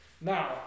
Now